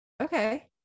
Okay